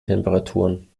temperaturen